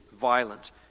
violent